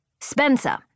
Spencer